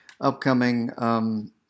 upcoming